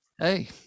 hey